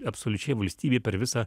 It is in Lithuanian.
absoliučiai valstybė per visą